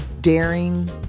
daring